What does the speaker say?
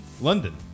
London